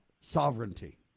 sovereignty